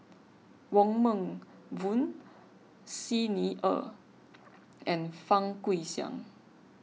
Wong Meng Voon Xi Ni Er and Fang Guixiang